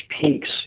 peaks